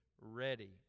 ready